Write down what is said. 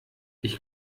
ich